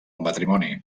matrimoni